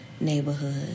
neighborhood